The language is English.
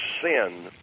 Sin